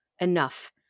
enough